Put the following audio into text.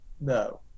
No